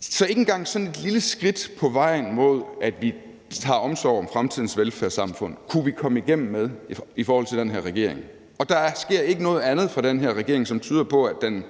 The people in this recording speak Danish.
Så ikke engang sådan et lille skridt på vejen mod, at vi drager omsorg for fremtidens velfærdssamfund, kunne vi komme igennem med i forhold til den her regering. Og der sker ikke noget andet for den her regering, som tyder på, at den